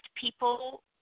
people